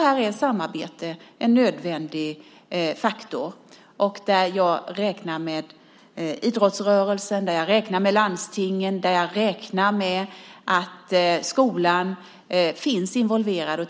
Här är samarbete en nödvändig faktor, och där räknar jag med att idrottsrörelsen, landstingen och skolan finns involverade och